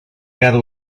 cada